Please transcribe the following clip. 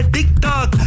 Tiktok